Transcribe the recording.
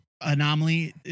anomaly